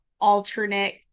alternate